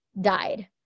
died